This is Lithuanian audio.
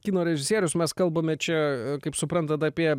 kino režisierius mes kalbame čia kaip suprantat apie